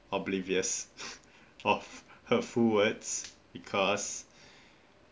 oblivious of hurtful words because